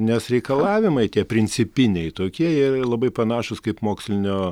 nes reikalavimai tie principiniai tokie jie labai panašūs kaip mokslinio